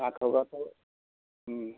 नाट'कआथ